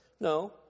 No